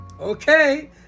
Okay